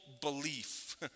belief